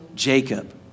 Jacob